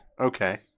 Okay